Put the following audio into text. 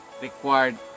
required